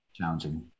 Challenging